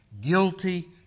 guilty